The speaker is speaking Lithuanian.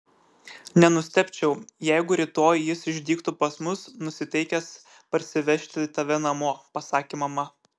nenustebčiau jeigu rytoj jis išdygtų pas mus nusiteikęs parsivežti tave namo pasakė mama